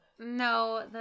no